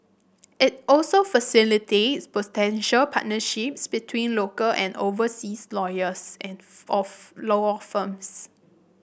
it also facilitates potential partnerships between local and overseas lawyers at of lower firms